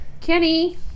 Kenny